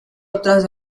otras